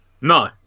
No